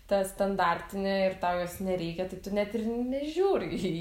ta standartinė ir tau jos nereikia tai tu net ir nežiūri į jį